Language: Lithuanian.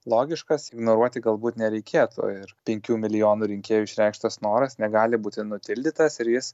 logiškas ignoruoti galbūt nereikėtų ir penkių milijonų rinkėjų išreikštas noras negali būti nutildytas ir jis